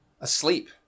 asleep